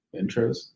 intros